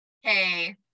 hey